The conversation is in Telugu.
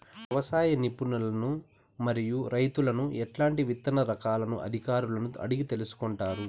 వ్యవసాయ నిపుణులను మరియు రైతులను ఎట్లాంటి విత్తన రకాలను అధికారులను అడిగి తెలుసుకొంటారు?